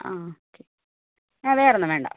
ആ വേറൊന്നും വേണ്ട